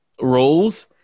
roles